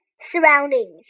surroundings